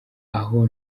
aho